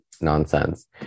nonsense